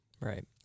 Right